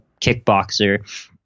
Kickboxer